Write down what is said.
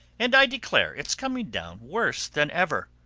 and i declare it's coming down worse than ever.